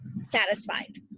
satisfied